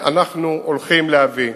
אנחנו הולכים להביא,